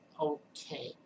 okay